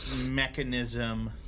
mechanism